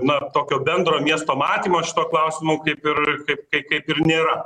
na tokio bendro miesto matymo šituo klausimu kaip ir kaip kai kaip ir nėra